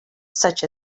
such